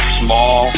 small